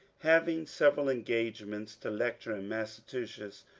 having several engagements to lecture in massachusetts,